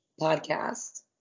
podcast